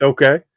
Okay